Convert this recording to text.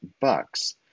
bucks